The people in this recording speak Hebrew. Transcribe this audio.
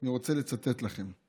אני רוצה לצטט לכם: